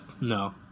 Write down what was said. No